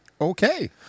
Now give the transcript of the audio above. Okay